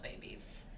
babies